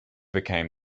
became